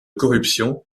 corruption